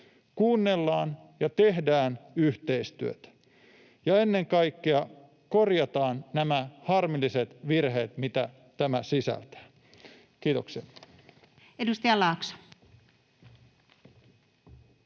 Kuunnellaan ja tehdään yhteistyötä ja ennen kaikkea korjataan nämä harmilliset virheet, mitä tämä sisältää. — Kiitoksia.